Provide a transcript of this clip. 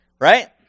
right